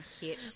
hit